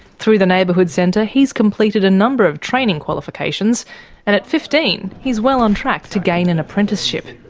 through the neighbourhood centre he's completed a number of training qualifications, and at fifteen he's well on track to gain an apprenticeship.